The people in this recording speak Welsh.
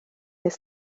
nes